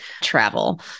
travel